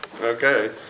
Okay